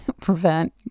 prevent